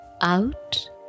out